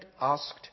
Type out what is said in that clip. asked